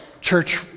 church